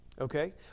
Okay